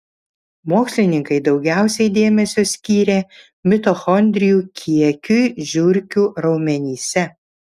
mokslininkai daugiausiai dėmesio skyrė mitochondrijų kiekiui žiurkių raumenyse